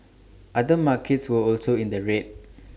other markets were also in the red